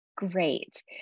Great